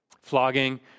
flogging